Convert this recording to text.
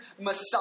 Messiah